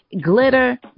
glitter